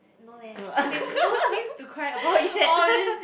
no leh as in no scenes to cry about yet